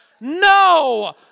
No